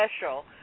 special